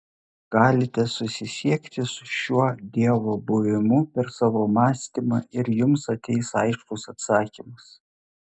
galite susisiekti su šiuo dievo buvimu per savo mąstymą ir jums ateis aiškus atsakymas